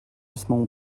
small